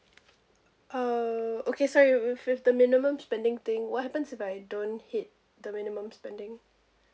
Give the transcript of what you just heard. err okay sorry with with the minimum spending thing what happens if I don't hit the minimum spending